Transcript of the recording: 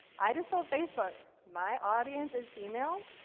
i just told facebook, my audience is female,